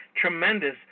Tremendous